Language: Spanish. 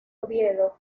oviedo